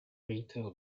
retail